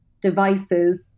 devices